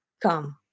come